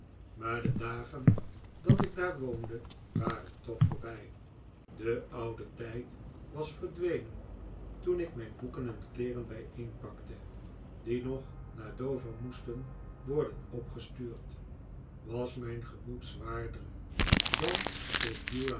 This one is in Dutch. maar de dagen dat ik daar woonde waren toch voorbij de oude tijd was verdwenen toen ik mijn boeken en kleeren bijeenpakte die nog naar dover moesten worden opgestuurd was mijn gemoed zwaarder dan